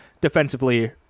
Defensively